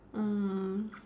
uh